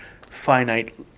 finite